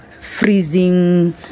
freezing